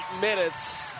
minutes